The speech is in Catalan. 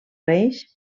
reis